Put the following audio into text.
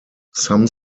some